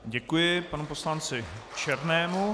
Děkuji panu poslanci Černému.